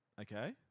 Okay